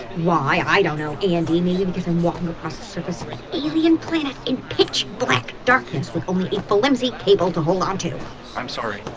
why? i don't know, andi. maybe because i'm walking across the surface of an alien planet in pitch black darkness with only a flimsy cable to hold on to i'm sorry.